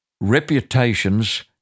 Reputations